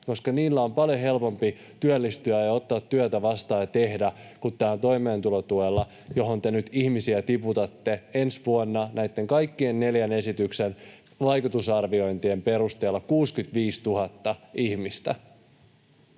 koska niillä on paljon helpompi työllistyä ja ottaa työtä vastaan ja tehdä sitä kuin toimeentulotuella, johon te nyt ihmisiä tiputatte ensi vuonna näitten kaikkien neljän esityksen vaikutusarviointien perusteella 65 000 ihmistä.